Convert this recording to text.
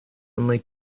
only